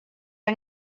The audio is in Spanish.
han